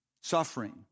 Suffering